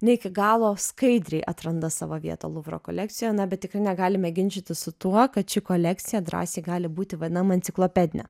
ne iki galo skaidriai atranda savo vietą luvro kolekcijoje na bet tikrai negalime ginčytis su tuo kad ši kolekcija drąsiai gali būti vadinama enciklopedine